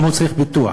גם הוא צריך פיתוח.